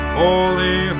holy